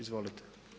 Izvolite.